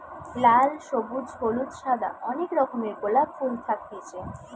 লাল, সবুজ, হলুদ, সাদা অনেক রকমের গোলাপ ফুল থাকতিছে